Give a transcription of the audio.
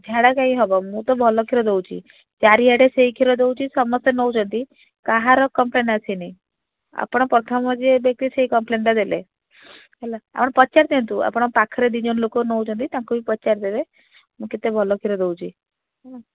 ଝାଡ଼ା କାହିଁ ହେବ ମୁଁ ତ ଭଲ କ୍ଷୀର ଦେଉଛି ଚାରିଆଡ଼େ ସେଇ କ୍ଷୀର ଦେଉଛି ସମସ୍ତେ ନେଉଛନ୍ତି କାହାର କମ୍ପ୍ଲେନ୍ ଆସିନି ଆପଣ ପ୍ରଥମ ଯିଏ ଏ ବ୍ୟକ୍ତି ସିଏ କମ୍ପ୍ଲେନ୍ଟା ଦେଲେ ହେଲା ଆପଣ ପଚାରିଦିଅନ୍ତୁ ଆପଣ ପାଖରେ ଦୁଇ ଜଣ ଲୋକ ନେଉଛନ୍ତି ତାଙ୍କୁ ବି ପଚାରିଦେବେ ମୁଁ କେତେ ଭଲ କ୍ଷୀର ଦେଉଛି ହେଲା